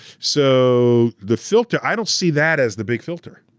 so the filter, i don't see that as the big filter.